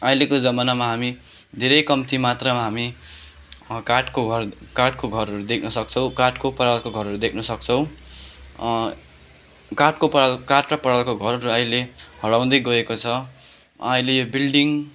अहिलेको जमानामा हामी धेरै कम्ती मात्रामा हामी काठको घर काठको घरहरू देख्न सक्छौँ काठको परालको घरहरू देख्न सक्छौँ काठको पराल काठ र परालको घरहरू अहिले हराउँदै गएको छ अहिले यो बिल्डिङ